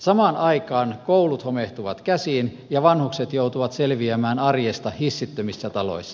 samaan aikaan koulut homehtuvat käsiin ja vanhukset joutuvat selviämään arjesta hissittömissä taloissa